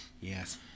Yes